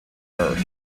earth